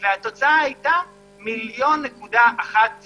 והתוצאה הייתה 1.1 מיליונים מובטלים,